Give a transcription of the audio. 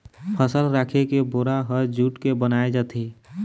फसल राखे के बोरा ह जूट के बनाए जाथे